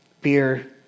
beer